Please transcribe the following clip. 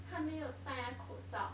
她没有戴那口罩